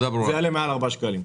זה יעלה מעל ל-4 שקלים.